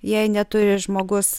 jei neturi žmogus